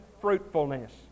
fruitfulness